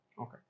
Okay